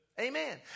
Amen